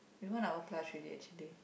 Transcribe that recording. is one hour plus already actually